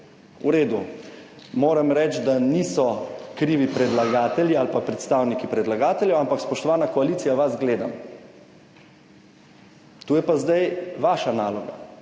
v redu, moram reči, da niso krivi predlagatelji ali pa predstavniki predlagateljev, ampak spoštovana koalicija, vas gledam, to je pa zdaj vaša naloga.